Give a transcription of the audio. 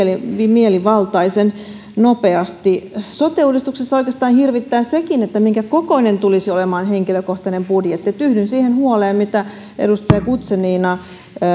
mielivaltaisen nopeasti sote uudistuksessa oikeastaan hirvittää sekin minkä kokoinen tulisi olemaan henkilökohtainen budjetti yhdyn siihen huoleen mitä edustaja guzenina